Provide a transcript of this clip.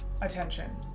attention